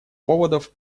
поводов